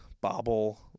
Bobble